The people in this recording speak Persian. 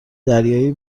دریایی